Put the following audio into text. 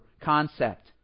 concept